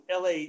LA